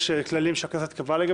יש כללים שהכנסת קבעה.